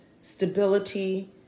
stability